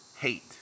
hate